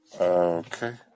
Okay